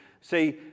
See